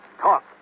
Talk